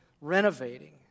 renovating